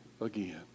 again